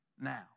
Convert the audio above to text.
now